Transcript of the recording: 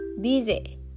Busy